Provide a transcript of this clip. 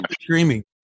streaming